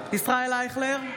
ישראל אייכלר,